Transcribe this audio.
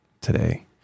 today